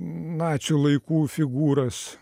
nacių laikų figūras